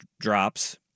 drops